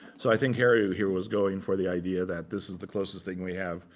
so i think harry here was going for the idea that this is the closest thing we have.